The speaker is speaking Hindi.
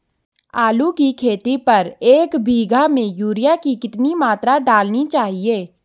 आलू की खेती पर एक बीघा में यूरिया की कितनी मात्रा डालनी चाहिए?